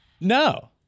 No